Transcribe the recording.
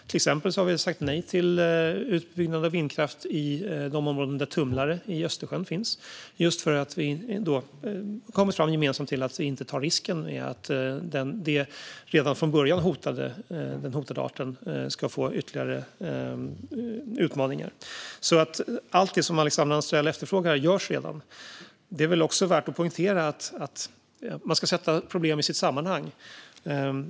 Till exempel har vi sagt nej till utbyggnad av vindkraft i de områden i Östersjön där tumlare finns, eftersom vi gemensamt har kommit fram till att vi inte ska ta risken att den redan från början hotade arten får ytterligare utmaningar. Allt det som Alexandra Anstrell efterfrågar görs redan. Det är också värt att poängtera att man ska sätta problem i sitt sammanhang.